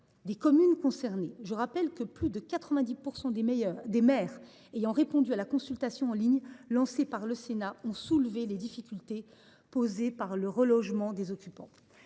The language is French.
des communes concernées. Je rappelle que plus de 90 % des maires ayant répondu à la consultation en ligne lancée par le Sénat ont soulevé les difficultés posées par le relogement des occupants.